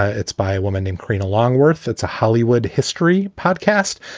ah it's by a woman named karina longworth. it's a hollywood history podcast.